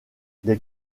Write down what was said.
des